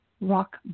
rock